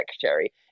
secretary